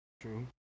True